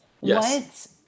Yes